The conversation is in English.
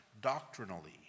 doctrinally